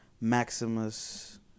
maximus